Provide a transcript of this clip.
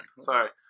Sorry